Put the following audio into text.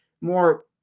more